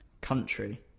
Country